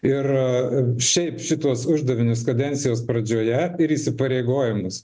ir šiaip šituos uždavinius kadencijos pradžioje ir įsipareigojimus